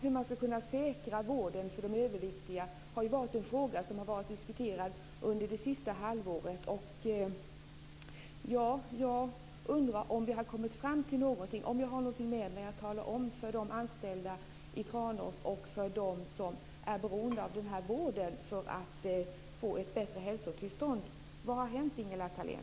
Hur man ska kunna säkra vården för de överviktiga är en fråga som har diskuterats under det senaste halvåret. Jag undrar om vi har kommit fram till någonting. Har jag något att ta med mig och tala om för de anställda i Tranås och för dem som är beroende av denna vård för att få ett bättre hälsotillstånd? Vad har hänt, Ingela Thalén?